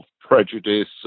prejudice